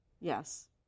yes